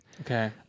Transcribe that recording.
Okay